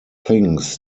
things